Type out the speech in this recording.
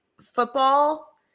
football